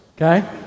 okay